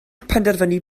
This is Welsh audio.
penderfynu